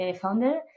founder